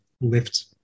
lift